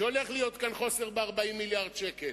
שהולך להיות כאן חוסר ב-40 מיליארד שקל.